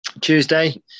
Tuesday